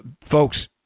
Folks